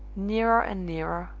nearer and nearer,